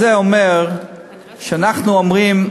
הזאת, והנוהג הזה אומר שאנחנו אומרים: